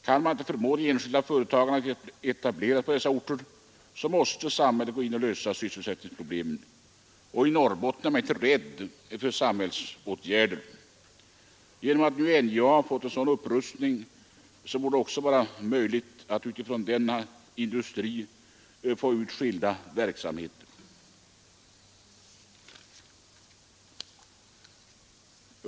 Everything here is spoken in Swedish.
Kan man inte förmå enskilda företag att etablera sig på dessa orter måste samhället gå in och lösa sysselsättningsproblemen. I Norrbotten är man inte rädd för samhällsåtgärder. Genom den upprustning som skett inom NJA borde det vara möjligt att med utgångspunkt i denna industri få i gång olika verksamheter.